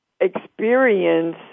experience